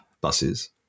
buses